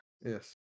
Yes